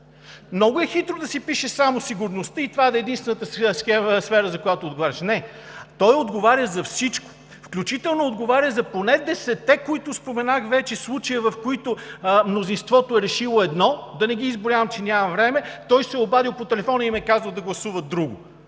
Много е хитро да си пишеш само сигурността и това да е единствената сфера, за която отговаряш! Не, той отговаря за всичко, включително за поне десетте, които споменах вече, случая, в които мнозинството е решило едно – да не ги изброявам, че нямам време, той се е обадил по телефона и им е казал да гласуват друго!